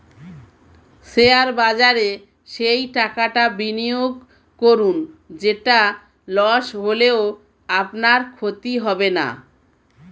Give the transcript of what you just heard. share বাজারে সেই টাকাটা বিনিয়োগ করুন যেটা লস হলেও আপনার ক্ষতি হবে না